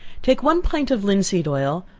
take one pint of linseed oil,